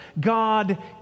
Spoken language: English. God